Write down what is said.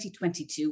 2022